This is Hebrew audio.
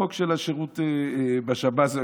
החוק של השירות בשב"ס ובמשטרה,